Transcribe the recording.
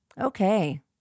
Okay